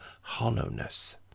hollowness